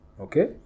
Okay